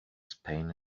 spain